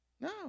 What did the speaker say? No